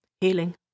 healing